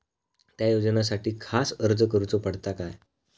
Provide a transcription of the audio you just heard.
त्या योजनासाठी खास अर्ज करूचो पडता काय?